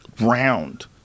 round